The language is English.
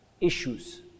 Issues